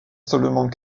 seulement